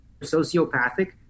sociopathic